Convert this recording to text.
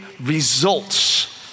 results